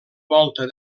volta